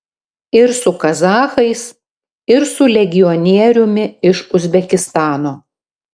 ir su kazachais ir su legionieriumi iš uzbekistano